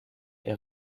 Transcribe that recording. est